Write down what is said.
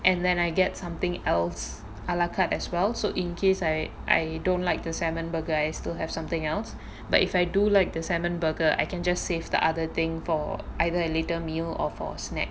and then I get something else ala carte as well so in case I I don't like the salmon burger I still have something else but if I do like the salmon burger I can just save the other thing for either a later meal or for snack